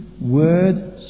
word